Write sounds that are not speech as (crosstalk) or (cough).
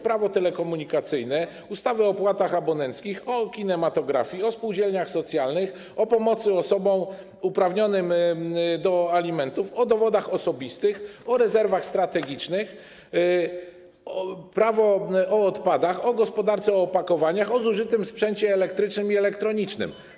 Prawo telekomunikacyjne, ustawy o opłatach abonenckich, o kinematografii, o spółdzielniach socjalnych, o pomocy osobom uprawnionym do alimentów, o dowodach osobistych, o rezerwach strategicznych, o odpadach, o gospodarce opakowaniami, o zużytym sprzęcie elektrycznym (noise) i elektronicznym.